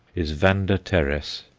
is vanda teres,